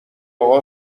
اقا